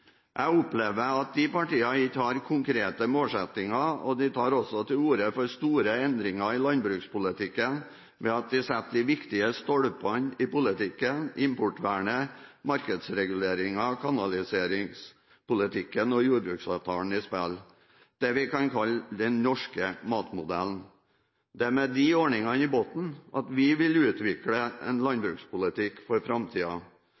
Jeg opplever at høyrepartiene ikke har konkrete målsettinger. De tar også til orde for store endringer i landbrukspolitikken ved at de setter de viktige stolpene i politikken – importvernet, markedsreguleringen, kanaliseringspolitikken og jordbruksavtalen, det vi kan kalle den norske matmodellen – i spill. Det er med de ordningene i bunnen vi vil utvikle en landbrukspolitikk for